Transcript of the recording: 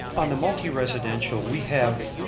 on the multi-residential, we have,